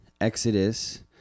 Exodus